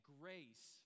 grace